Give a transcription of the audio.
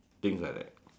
thing like that